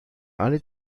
alle